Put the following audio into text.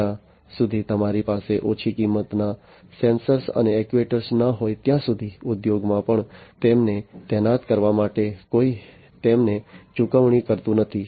જ્યાં સુધી તમારી પાસે ઓછી કિંમતના સેન્સર અને એક્ટ્યુએટર્સ ન હોય ત્યાં સુધી ઉદ્યોગોમાં પણ તેમને તૈનાત કરવા માટે કોઈ તેમને ચૂકવણી કરતું નથી